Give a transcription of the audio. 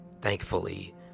Thankfully